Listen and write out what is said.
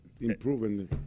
improving